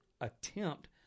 attempt